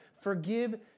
forgive